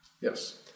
Yes